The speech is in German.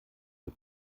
wir